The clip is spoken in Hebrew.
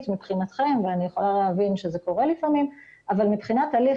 מבחינתכם ואני יכולה להבין שזה קורה לפעמים אבל מבחינת הליך,